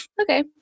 okay